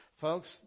Folks